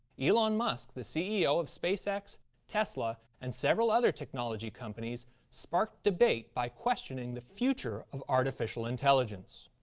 elon musk, the ceo of spacex, tesla and several other technology companies sparked debate by questioning the future of artificial intelligence